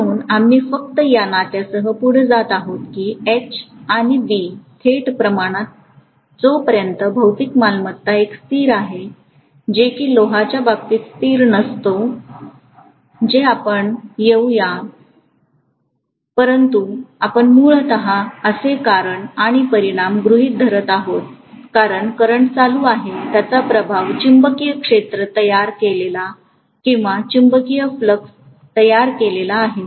म्हणून आम्ही फक्त या नात्यासह पुढे जात आहोत की H आणि B थेट प्रमाणात जोपर्यंत भौतिक मालमत्ता एक स्थिर आहे जे की लोहाच्या बाबतीत स्थिर नसतो जे आपण येऊ या परंतु आपण मूलत असे कारण आणि परिणाम गृहित धरत आहोत कारण करंट चालू आहे त्याचा प्रभाव चुंबकीय क्षेत्र तयार केलेला किंवा चुंबकीय फ्लक्स तयार केला आहे